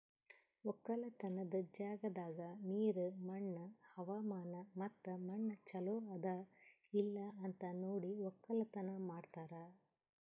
ಒಕ್ಕಲತನದ್ ಜಾಗದಾಗ್ ನೀರ, ಮಣ್ಣ, ಹವಾಮಾನ ಮತ್ತ ಮಣ್ಣ ಚಲೋ ಅದಾ ಇಲ್ಲಾ ಅಂತ್ ನೋಡಿ ಒಕ್ಕಲತನ ಮಾಡ್ತಾರ್